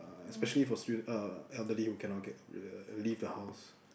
uh especially for str~ uh elderly who cannot get uh leave the house